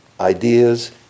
ideas